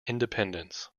independence